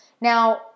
Now